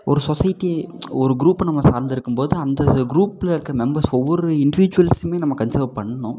ஒரு சொசைட்டி ஒரு குரூப்பை நம்ம சார்ந்து இருக்கும் போது அந்த குரூப்பில் இருக்க மெம்பர்ஸ் ஒவ்வொரு இண்டிவிஜுவல்ஸூமே நம்ம கன்சிடர் பண்ணணும்